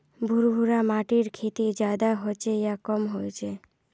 भुर भुरा माटिर खेती ज्यादा होचे या कम होचए?